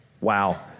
Wow